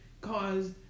caused